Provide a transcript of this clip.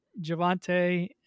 Javante